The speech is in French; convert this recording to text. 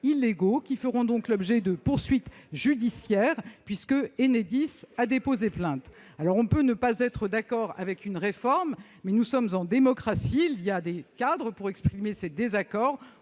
illégaux et qui feront donc l'objet de poursuites judiciaires, puisque Enedis a déposé plainte. On peut ne pas être d'accord avec une réforme, mais nous sommes en démocratie. Il y a des cadres pour exprimer ses désaccords,